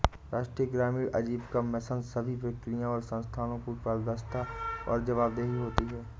राष्ट्रीय ग्रामीण आजीविका मिशन सभी प्रक्रियाओं और संस्थानों की पारदर्शिता और जवाबदेही होती है